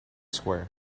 square